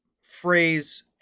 phrase